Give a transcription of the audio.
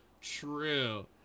True